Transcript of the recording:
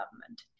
government